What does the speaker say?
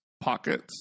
pockets